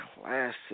Classic